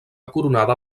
coronada